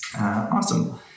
Awesome